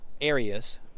areas